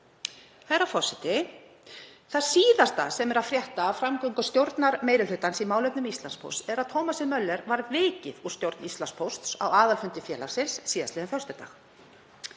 Herra forseti. Það síðasta sem er að frétta af framgöngu stjórnarmeirihlutans í málefnum Íslandspósts er að Thomasi Möller var vikið úr stjórn Íslandspósts á aðalfundi félagsins síðastliðinn föstudag.